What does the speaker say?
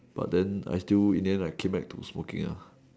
but then I still in the end came back to smoking ah